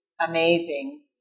amazing